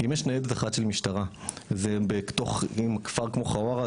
כי אם יש ניידת אחת של משטרה זה בתוך אם כפר כמו חווארה,